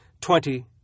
Twenty